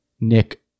Nick